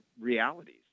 realities